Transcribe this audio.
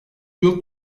yıl